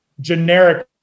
generic